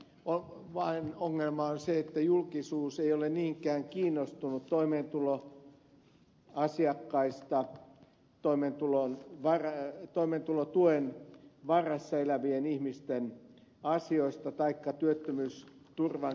ongelma vain on se että julkisuus ei ole niinkään kiinnostunut toimeentuloasiakkaista toimeentulotuen varassa elävien ihmisten asioista taikka työttömyysturvan kehittämisestä